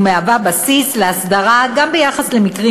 ומהווה בסיס להסדרה גם ביחס למקרים